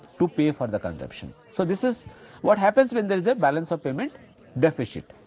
to pay for the consumption. so, this is what happens when there is a balance of payment deficit,